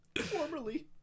Formerly